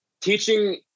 teaching